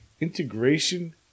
integration